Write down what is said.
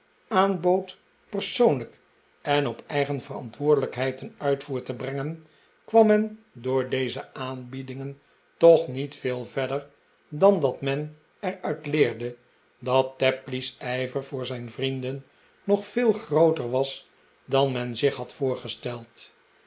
persoonlijk en op zijn eigen verantwoording ten uitvoer te brengen kwam men door deze aanbiedingen toch niet veel verder dan dat men er uit leerde dat tapley's ijver voor zijn vrienden nog veel grooter was dan men zich had voorgesteld